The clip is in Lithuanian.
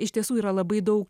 iš tiesų yra labai daug